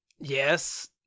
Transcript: yes